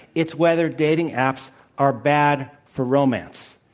it's whether dating apps are bad for romance.